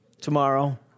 tomorrow